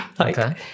Okay